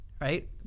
right